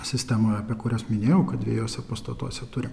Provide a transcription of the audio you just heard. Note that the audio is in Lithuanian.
sistema apie kurias minėjau kad dviejuose pastatuose turi